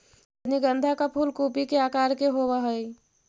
रजनीगंधा का फूल कूपी के आकार के होवे हई